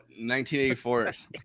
1984